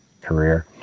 career